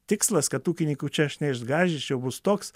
tikslas kad ūkininkų čia aš neišgąsdinčiau bus toks